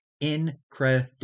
Incredible